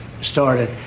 started